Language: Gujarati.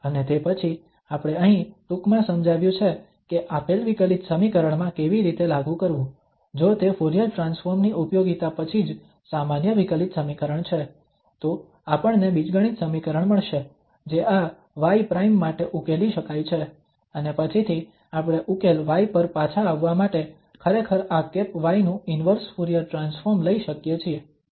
અને તે પછી આપણે અહીં ટૂંકમાં સમજાવ્યું છે કે આપેલ વિકલિત સમીકરણ માં કેવી રીતે લાગુ કરવું જો તે ફુરીયર ટ્રાન્સફોર્મ ની ઉપયોગિતા પછી જ સામાન્ય વિકલિત સમીકરણ છે તો આપણને બીજગણિત સમીકરણ મળશે જે આ y પ્રાઈમ માટે ઉકેલી શકાય છે અને પછીથી આપણે ઉકેલ y પર પાછા આવવા માટે ખરેખર આ y નું ઇન્વર્સ ફુરીયર ટ્રાન્સફોર્મ લઈ શકીએ છીએ